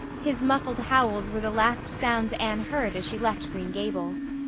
his muffled howls were the last sounds anne heard as she left green gables.